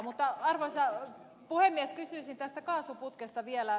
mutta arvoisa puhemies kysyisin tästä kaasuputkesta vielä